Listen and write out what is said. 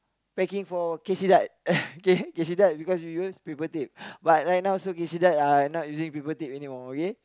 packing for uh K because we use paper plate but right now so uh not using paper plate anymore okay